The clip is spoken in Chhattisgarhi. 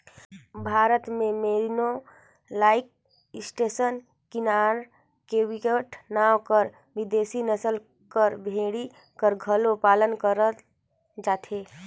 भारत में मेरिनो, लाइसेस्टर, लिंकान, केवियोट नांव कर बिदेसी नसल कर भेड़ी कर घलो पालन करल जाथे